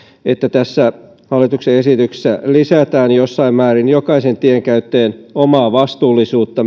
että tässä hallituksen esityksessä lisätään jossain määrin myöskin jokaisen tienkäyttäjän omaa vastuullisuutta